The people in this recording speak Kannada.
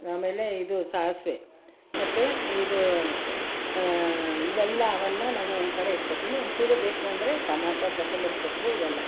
ಆಮೇಲೆ ಇದು ಸಾಸಿವೆ ಮತ್ತು ಇದು ಇವೆಲ್ಲ ಅವನ್ನು ನಾನು ಒಂದು ಕಡೆ ಇಟ್ಕೊಳ್ತೀನಿ ಒಂಚೂರು ಬೇಕು ಅಂದರೆ ಟೊಮಟೊ ಕೊತ್ತಂಬರಿ ಸೊಪ್ಪು ಇವೆಲ್ಲ